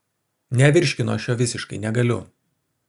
nevirškinu aš jo visiškai negaliu